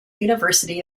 university